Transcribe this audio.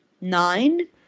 nine